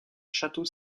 château